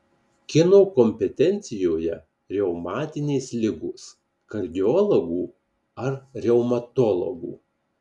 kieno kompetencijoje reumatinės ligos kardiologų ar reumatologų